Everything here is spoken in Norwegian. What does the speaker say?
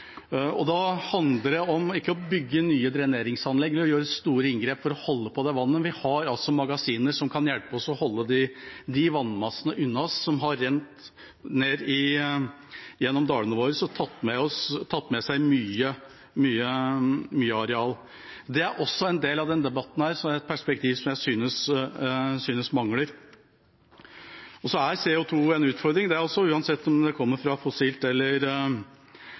Da handler det om å ikke bygge nye dreneringsanlegg og gjøre store inngrep, for å holde på det vannet. Vi har magasiner som kan hjelpe oss med å holde de vannmassene unna, som har rent ned gjennom dalene våre og tatt med seg mye areal. Det er også en del av denne debatten og et perspektiv som jeg synes mangler. Så er CO 2 en utfordring, uansett om det kommer fra fossilt eller